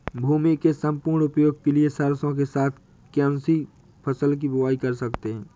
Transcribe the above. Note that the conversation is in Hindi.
भूमि के सम्पूर्ण उपयोग के लिए सरसो के साथ कौन सी फसल की बुआई कर सकते हैं?